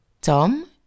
Tom